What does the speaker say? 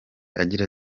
agira